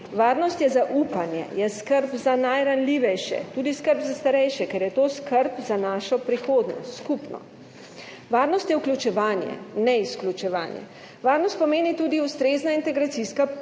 Varnost je zaupanje, je skrb za najranljivejše, tudi skrb za starejše, ker je to skrb za našo skupno prihodnost. Varnost je vključevanje, ne izključevanje. Varnost pomeni tudi ustrezna integracijska